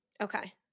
okay